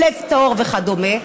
"לב טהור" וכדומה.